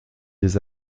des